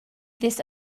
this